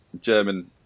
German